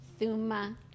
Thuma